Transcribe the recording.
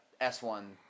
S1